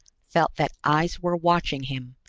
felt that eyes were watching him,